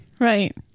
Right